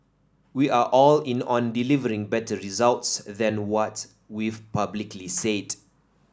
we are all in on delivering better results than what we've publicly said